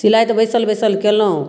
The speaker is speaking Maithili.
सिलाइ तऽ बैसल बैसल केलहुँ